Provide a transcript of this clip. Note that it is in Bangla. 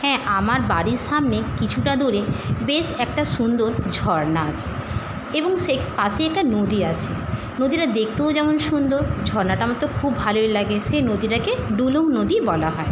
হ্যাঁ আমার বাড়ির সামনে কিছুটা দূরে বেশ একটা সুন্দর ঝর্না আছে এবং সেই পাশেই একটা নদী আছে নদীটা দেখতেও যেমন সুন্দর ঝর্নাটা আমার তো খুব ভালোই লাগে সেই নদীটাকে ডুলুং নদী বলা হয়